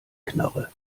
knarre